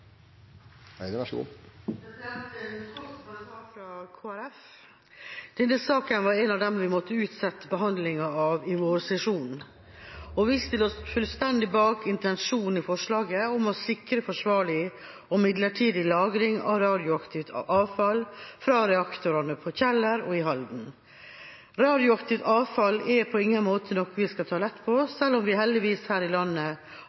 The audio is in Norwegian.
fra Kristelig Folkeparti: Denne saken var en av dem vi måtte utsette behandlingen av i vårsesjonen. Vi stiller oss fullstendig bak intensjonen i forslaget om å sikre forsvarlig og midlertidig lagring av radioaktivt avfall fra reaktorene på Kjeller og i Halden. Radioaktivt avfall er på ingen måte noe vi skal ta lett på, selv om vi heldigvis her i landet